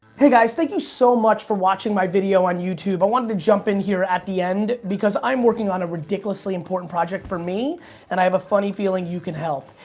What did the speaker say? hey guys thank you so much for watching my video on youtube. i wanted to jump in here at the end because i'm working on a ridiculously important project for me and i have a funny feeling you can help.